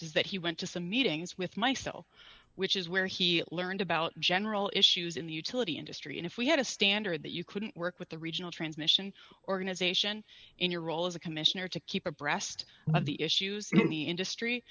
is that he went to some meetings with myself which is where he learned about general issues in the utility industry and if we had a standard that you couldn't work with the regional transmission organization in your role as a commissioner to keep abreast of the issues in the industry